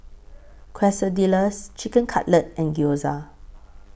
Quesadillas Chicken Cutlet and Gyoza